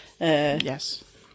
Yes